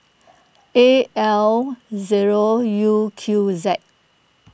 A L zero U Q Z